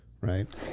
right